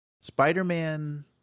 Spider-Man